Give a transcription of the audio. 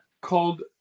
called